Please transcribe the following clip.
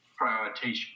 prioritization